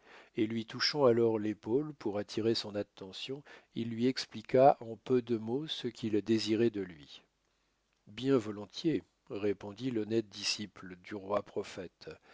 et lui touchant alors l'épaule pour attirer son attention il lui expliqua en peu de mots ce qu'il désirait de lui bien volontiers répondit l'honnête disciple du roiprophète